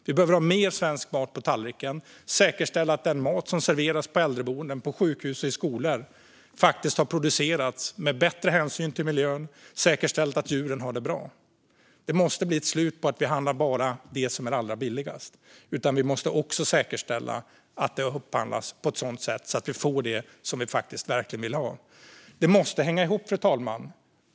Vi behöver ha mer svensk mat på tallriken och säkerställa att den mat som serveras på äldreboenden, på sjukhus och i skolor faktiskt har producerats med bättre hänsyn till miljön. Vi behöver säkerställa att djuren har haft det bra. Det måste bli ett slut på att bara handla det som är allra billigast; vi måste också säkerställa att det upphandlas på ett sådant sätt att vi får det vi verkligen vill ha. Det måste hänga ihop, fru talman.